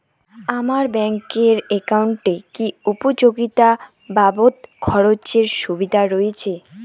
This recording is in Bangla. আমার ব্যাংক এর একাউন্টে কি উপযোগিতা বাবদ খরচের সুবিধা রয়েছে?